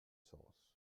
sens